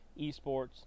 esports